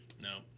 No